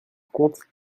comptes